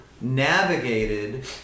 navigated